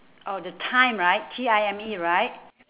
oh the time right T I M E right